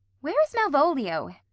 where's malvolio?